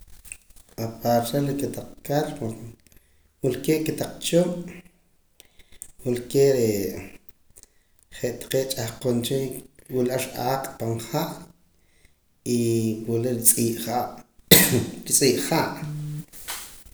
Apar cha reh kotaq kar wilkee' kotaq chub' wilkee' re' je' taqee' ch'ahkoon cha wula ar aq' pan ha' yyy wila tz'iir ha' tz'iir ha'.